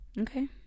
Okay